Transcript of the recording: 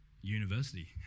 university